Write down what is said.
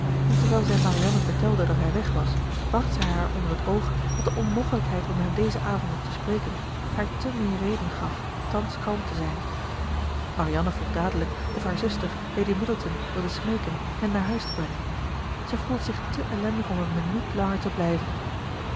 en terwijl zij marianne vertelde dat hij weg was bracht zij haar onder het oog dat de onmogelijkheid om hem dezen avond nog te spreken haar te meer reden gaf thans kalm te zijn marianne vroeg dadelijk of haar zuster lady middleton wilde smeeken hen naar huis te brengen zij voelde zich te ellendig om een minuut langer te blijven